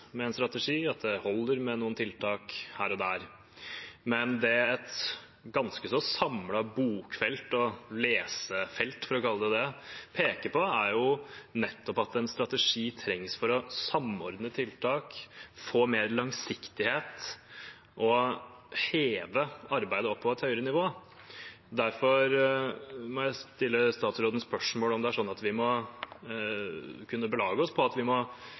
med noen tiltak her og der. Men det et ganske så samlet bokfelt og lesefelt, for å kalle det det, peker på, er nettopp at en strategi trengs for å samordne tiltak, få mer langsiktighet og heve arbeidet opp på et høyere nivå. Derfor må jeg stille statsråden spørsmål om det er sånn at vi må belage oss på at vi må